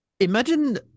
Imagine